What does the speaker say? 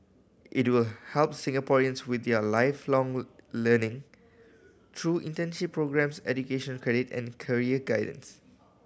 it will help Singaporeans with their Lifelong Learning through internship programmes education credit and career guidance